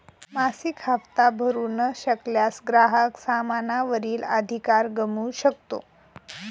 मासिक हप्ता भरू न शकल्यास, ग्राहक सामाना वरील अधिकार गमावू शकतो